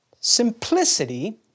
Simplicity